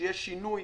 שיהיה שינוי